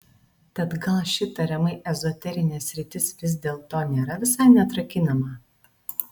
tad gal ši tariamai ezoterinė sritis vis dėlto nėra visai neatrakinama